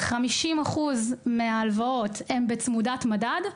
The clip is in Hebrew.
50% מההלוואות הן בצמודת מדד,